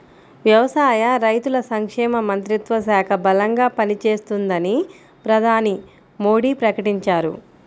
వ్యవసాయ, రైతుల సంక్షేమ మంత్రిత్వ శాఖ బలంగా పనిచేస్తుందని ప్రధాని మోడీ ప్రకటించారు